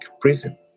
prison